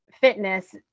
fitness